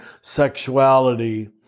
sexuality